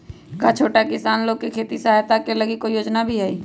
का छोटा किसान लोग के खेती सहायता के लगी कोई योजना भी हई?